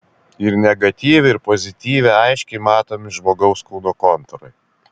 ir negatyve ir pozityve aiškiai matomi žmogaus kūno kontūrai